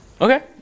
Okay